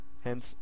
hence